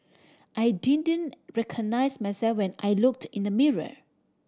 I didn't recognise myself when I looked in the mirror